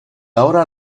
ahora